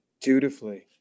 Dutifully